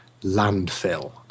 landfill